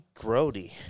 grody